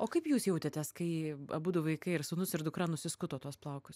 o kaip jūs jautėtės kai abudu vaikai ir sūnus ir dukra nusiskuto tuos plaukus